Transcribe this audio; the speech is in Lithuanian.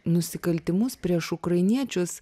nusikaltimus prieš ukrainiečius